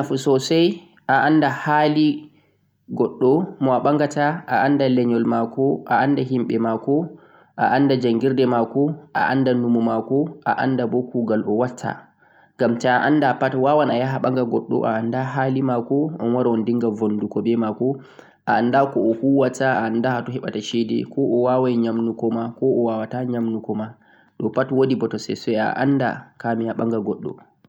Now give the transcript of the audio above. Wodi nafu sosai a'anda hali goɗɗo mo a ɓaggata, a'anda lenyol mako, a'anda himɓe mako, a'anda jangirde mako, a'anda numo mako, a'anda bo kugal o wuwata ngam ta'anda pat a wawan ayaha a ɓagga goɗɗo mo anda halimako onwara onɗon vunda ɗo pat wodi bote sosai a'anda kafin ɓangal.